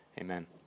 Amen